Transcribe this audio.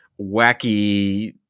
wacky